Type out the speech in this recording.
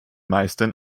meisten